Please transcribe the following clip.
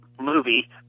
movie